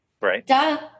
Right